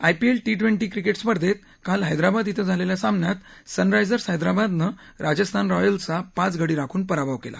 IPL T twenty cricket स्पर्धेत काल हैदराबाद िवे झालेल्या सामन्यात सन रायझर्स हैदराबादनं राजस्थान रॉयल्सचा पाच गडी राखून पराभव केला